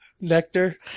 nectar